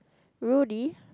Rudy